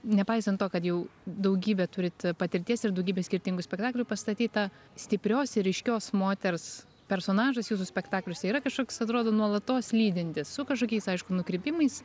nepaisant to kad jau daugybę turit patirties ir daugybė skirtingų spektaklių pastatyta stiprios ir ryškios moters personažas jūsų spektakliuose yra kažkoks atrodo nuolatos lydintis su kažkokiais aišku nukrypimais